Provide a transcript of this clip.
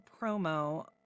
promo